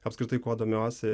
apskritai kuo domiuosi